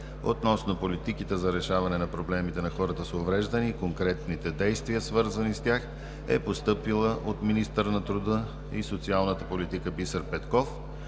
относно политиките за решаване на проблемите на хората с увреждания и конкретните действия, свързани с тях, е постъпила от министъра на труда и социалната политика Бисер Петков